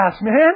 man